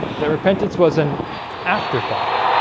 that repentance was an afterthought,